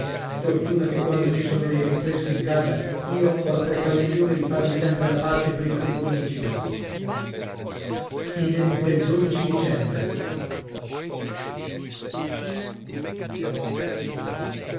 fortuna che quando ci sono dei rinfreschi in casa io ho la precauzione di farmi sempre la parte prima che incomincino dicembre